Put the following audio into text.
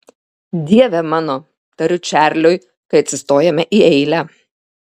dieve mano tariu čarliui kai atsistojame į eilę